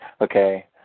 Okay